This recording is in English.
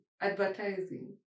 advertising